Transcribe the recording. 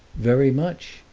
very much.